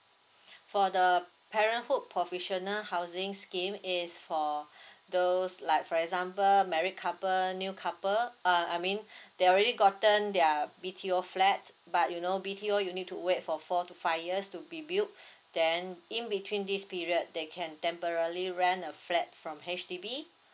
for the parenthood professional housing scheme is for those like for example married couple new couple err I mean they already gotten their B_T_O flat but you know B_T_O you need to wait for four to five years to be built then in between this period they can temporarily rent a flat from H_D_B